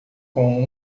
com